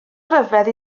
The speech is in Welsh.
ryfedd